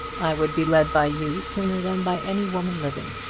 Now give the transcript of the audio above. i would be led by you sooner than by any woman living.